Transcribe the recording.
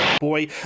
boy